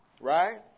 Right